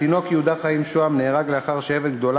התינוק יהודה חיים שוהם נהרג לאחר שאבן גדולה